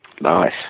Nice